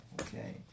Okay